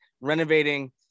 renovating